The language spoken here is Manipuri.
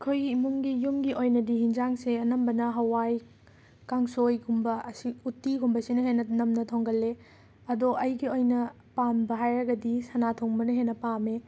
ꯑꯩꯈꯣꯏꯒꯤ ꯏꯃꯨꯡꯒꯤ ꯌꯨꯝꯒꯤ ꯑꯣꯏꯅꯗꯤ ꯍꯤꯟꯖꯥꯡꯁꯦ ꯑꯅꯝꯕꯅ ꯍꯋꯥꯏ ꯀꯥꯡꯁꯣꯏꯒꯨꯝꯕ ꯑꯁꯤ ꯎꯠꯇꯤꯒꯨꯝꯕꯁꯤꯅ ꯍꯦꯟꯅ ꯅꯝꯅ ꯊꯣꯡꯒꯜꯂꯤ ꯑꯗꯣ ꯑꯩꯒꯤ ꯑꯣꯏꯅ ꯄꯥꯝꯕ ꯍꯥꯏꯔꯒꯗꯤ ꯁꯅꯥ ꯊꯣꯡꯕꯅ ꯍꯦꯟꯅ ꯄꯥꯝꯃꯦ